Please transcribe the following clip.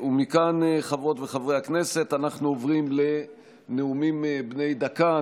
חברות וחברי הכנסת, אנחנו עוברים לנאומים בני דקה.